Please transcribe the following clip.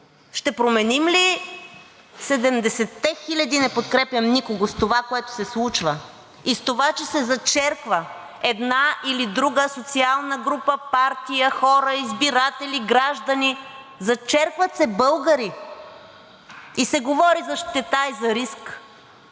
Ще променим ли 70-те хиляди „не подкрепям никого“ с това, което се случва, и с това, че се зачерква една или друга социална група, партия, хора, избиратели, граждани? Зачеркват се българи и се говори за щета и за риск!